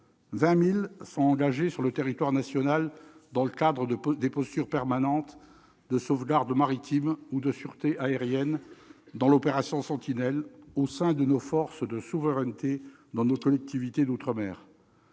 20 000 sont engagés sur le territoire national, dans le cadre des postures permanentes de sauvegarde maritime ou de sûreté aérienne, dans l'opération Sentinelle, au sein de nos forces de souveraineté dans nos collectivités d'outre-mer